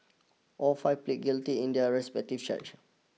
all five pleaded guilty in their respective charges